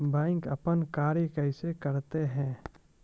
Bank अपन कार्य कैसे करते है?